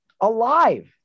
alive